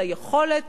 ליכולת,